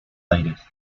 aires